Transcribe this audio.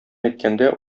әйткәндә